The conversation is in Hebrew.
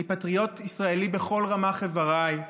אני פטריוט ישראלי בכל רמ"ח אבריי.